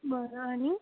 बरं आणि